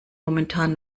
momentan